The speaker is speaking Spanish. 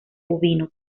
bovino